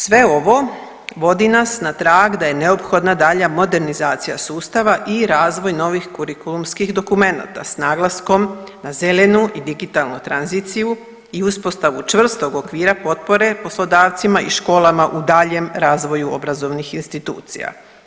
Sve ovo vodi nas na trag da je neophodna dalja modernizacija sustava i razvoj novih kurikulumskih dokumenata s naglaskom na zelenu i digitalnu tranziciju i uspostavu čvrstog okvira potpore poslodavcima i školama u daljem razvoju obrazovnih institucija.